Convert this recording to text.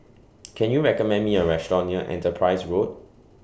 Can YOU recommend Me A Restaurant near Enterprise Road